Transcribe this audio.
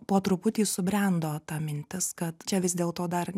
po truputį subrendo ta mintis kad čia vis dėl to dar